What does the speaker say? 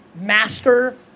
master